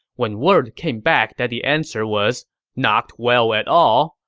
when word came back that the answer was not well at all,